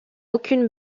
aucune